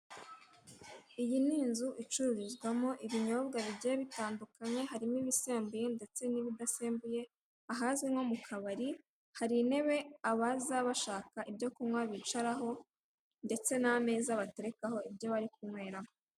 Iyi ni inzu icururizwamo ibinyobwa bigiye bitandukanye, harimo ibisembuye ndetse n'ibidasembuye, ahazwi nko mu kabari, hari intebe abaza bashaka ibyo kunywa bicaraho, ndetse n'ameza baterekeho ibyo bari kunyweramo.